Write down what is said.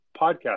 podcast